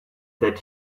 that